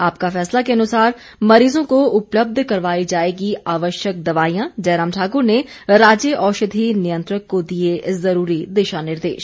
आपका फैसला के अनुसार मरीजों को उपलब्ध करवाई जाएगी आवश्यक दवाईयां जयराम ठाकुर ने राज्य औषधी नियंत्रक को दिए जरूरी दिशा निर्देश